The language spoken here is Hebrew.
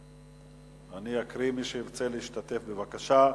אני אקריא, ומי שירצה להשתתף, בבקשה: